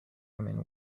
women